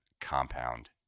compound